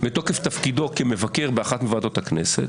בתוקף תפקידו כמבקר באחת מוועדות הכנסת,